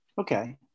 Okay